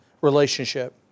relationship